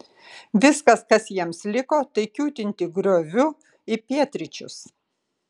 viskas kas jiems liko tai kiūtinti grioviu į pietryčius